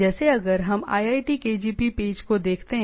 जैसे अगर हम IITKgp पेज को देखते हैं